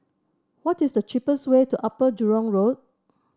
what is the cheapest way to Upper Jurong Road